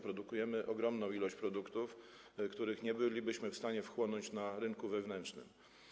Produkujemy ogromną ilość produktów, których nie bylibyśmy w stanie wchłonąć na rynku wewnętrznym.